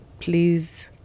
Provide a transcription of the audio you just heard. Please